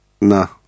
No